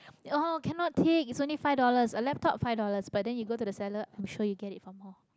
oh cannot take is only five dollars a laptop five dollars but then you go the seller i'm sure you get it for more